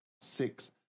Six